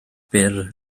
byr